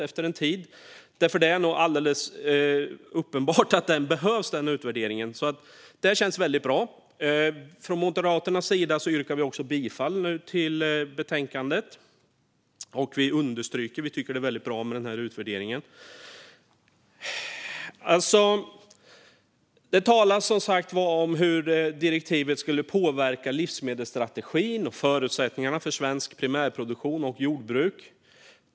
Det är nämligen alldeles uppenbart att den utvärderingen behövs, så det känns väldigt bra. För Moderaternas räkning yrkar jag bifall till förslaget i betänkandet. Vi understryker detta med utvärderingen; vi tycker att det är väldigt bra. Det talas som sagt om hur direktivet skulle påverka livsmedelsstrategin och förutsättningarna för svensk primärproduktion och svenskt jordbruk.